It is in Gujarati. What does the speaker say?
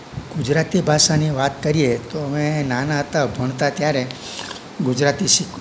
ગુજરાતી ભાષાની વાત કરીએ તો અમે નાના હતા ભણતા ત્યારે ગુજરાતી શીખ